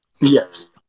Yes